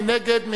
מי נגד?